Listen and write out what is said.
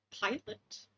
pilot